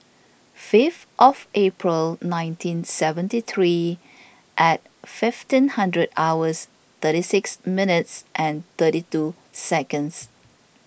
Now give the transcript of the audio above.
fifth April nineteen seventy three and fifteen hundred hours thirty six minutes and thirty two seconds